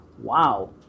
Wow